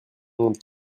monde